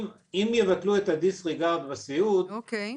אם יבטלו את הדיסריגרד בסיעוד --- אוקיי,